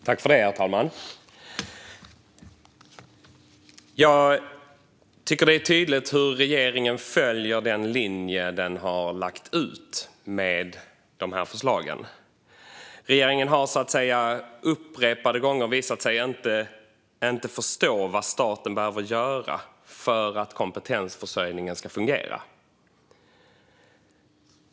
Herr talman! Jag tycker att det är tydligt hur regeringen följer den linje man har lagt ut med dessa förslag. Regeringen har upprepade gånger visat sig inte förstå vad staten behöver göra för att kompetensförsörjningen ska fungera.